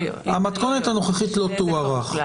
המתכונת הנוכחית לא תוארך.